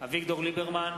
אביגדור ליברמן,